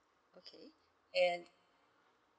okay and